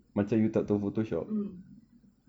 mmhmm